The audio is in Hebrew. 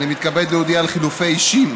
אני מתכבד להודיע על חילופי אישים